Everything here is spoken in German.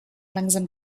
langsam